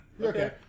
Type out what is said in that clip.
Okay